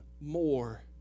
more